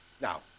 Now